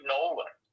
Nolan